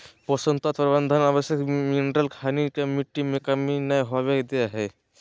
पोषक तत्व प्रबंधन आवश्यक मिनिरल खनिज के मिट्टी में कमी नै होवई दे हई